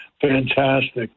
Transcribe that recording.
fantastic